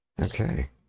Okay